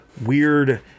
weird